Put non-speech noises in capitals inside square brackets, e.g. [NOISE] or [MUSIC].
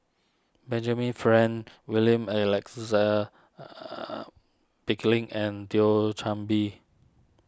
Benjamin Frank William Alexander [HESITATION] Pickering and Thio Chan Bee